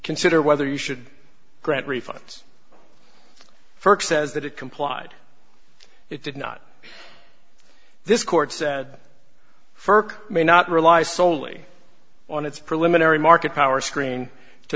consider whether you should grant refunds for access that it complied it did not this court said ferg may not rely solely on its preliminary market power screen to